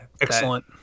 Excellent